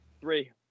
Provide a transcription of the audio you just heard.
Three